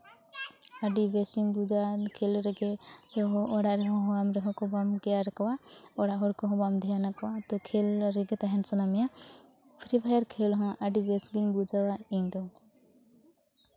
ᱟᱹᱰᱤ ᱵᱮᱥᱮᱢ ᱵᱩᱡᱟ ᱠᱷᱮᱹᱞᱳᱜ ᱨᱮᱜᱮ ᱚᱲᱟᱜ ᱨᱮᱦᱚᱸ ᱦᱚᱢᱚᱣᱟᱢ ᱨᱮᱦᱚᱸ ᱵᱟᱢ ᱠᱮᱭᱟᱨᱚᱠᱚᱣᱟ ᱚᱲᱟᱜ ᱦᱚᱲ ᱠᱚᱦᱚᱸ ᱵᱟᱢ ᱫᱷᱮᱭᱟᱱᱟᱠᱚᱣᱟ ᱛᱚ ᱠᱷᱮᱹᱞ ᱨᱮᱜᱮ ᱛᱟᱦᱮᱱ ᱥᱟᱱᱟ ᱢᱮᱭᱟ ᱯᱷᱨᱤ ᱯᱷᱟᱭᱟᱨ ᱠᱷᱮᱹᱞ ᱦᱚᱸ ᱟᱹᱰᱤ ᱵᱮᱥ ᱜᱮᱧ ᱵᱩᱡᱷᱟᱹᱣᱟ ᱤᱧ ᱫᱚ